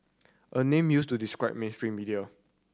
a name used to describe mainstream media